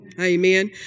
amen